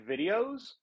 videos